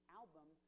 album